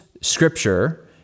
scripture